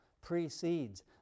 precedes